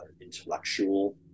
intellectual